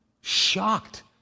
shocked